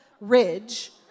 ridge